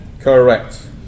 Correct